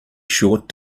short